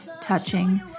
touching